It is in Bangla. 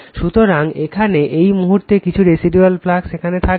সুতরাং এখানে এই মুহুর্তে কিছু রেসিডুয়াল ফ্লাক্স সেখানে থাকবে